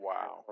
Wow